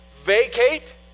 vacate